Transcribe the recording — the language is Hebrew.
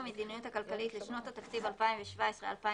המדיניות הכלכלית לשנות התקציב 2017 ו־2018),